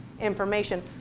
information